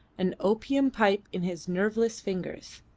an opium pipe in his nerveless fingers.